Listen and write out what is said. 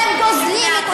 אתם יש לכם אהבה יותר,